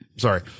sorry